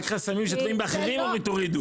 רק חסמים שתלויים באחרים הם אומרים תורידו.